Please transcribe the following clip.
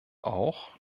auch